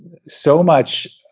so much